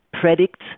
predict